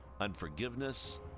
unforgiveness